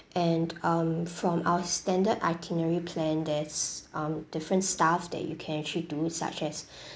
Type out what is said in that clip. and um from our standard itinerary plan there's um different stuff that you can actually do such as